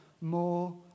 more